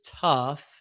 tough